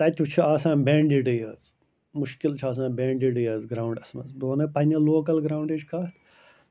تَتہِ چھُ آسان بینٛڈِڈٕے یٲژ مُشکِل چھِ آسان بینڈِڈٕے یٲژ گرٛاوُنٛڈَس منٛز بہٕ وَنے پنٛنہِ لوکَل گرٛاوُنڈٕچ کَتھ